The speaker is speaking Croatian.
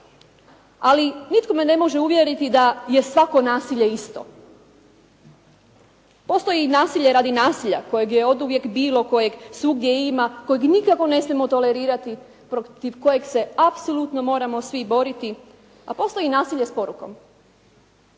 ali nitko me ne može uvjeriti da je svako nasilje isto. Postoji nasilje radi nasilja kojeg je oduvijek bilo, kojeg svugdje ima, kojeg nikako ne smijemo tolerirati, protiv kojeg se apsolutno moramo svi boriti, a postoji i nasilje s porukom.